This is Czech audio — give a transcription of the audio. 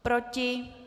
Proti?